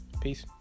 Peace